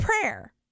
prayer